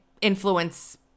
influence